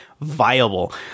viable